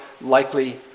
likely